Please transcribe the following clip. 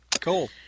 Cool